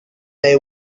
they